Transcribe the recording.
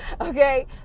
okay